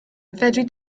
fedri